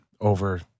over